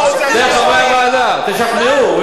אתם חברי הוועדה, תשכנעו.